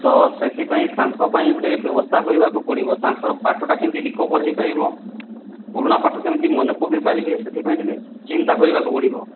ତ ସେଇଥିପାଇଁ ତାଙ୍କ ପାଇଁ ଗୋଟେ ବ୍ୟବସ୍ଥା କରିବାକୁ ପଡ଼ିବ ତାଙ୍କର୍ ପାଠଟା କେମିତି ରିକଭର୍ ହୋଇ ପାରିବ ପୁରୁଣା ପାଠ କେମିତି ମନେ ପକେଇ ପାରିବେ ସେଇଥି ପାଇଁ ଟିକେ ଚିନ୍ତା କରିବାକୁ ପଡିବ